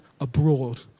abroad